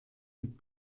mit